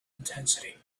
intensity